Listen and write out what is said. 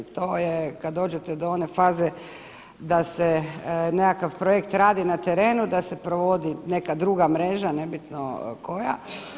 I to je kad dođete do one faze da se nekakav projekt radi na terenu, da se provodi neka druga mreža nebitno koja.